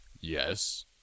Yes